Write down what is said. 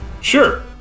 Sure